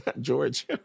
George